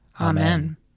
Amen